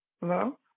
Hello